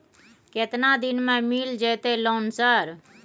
केतना दिन में मिल जयते लोन सर?